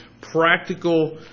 practical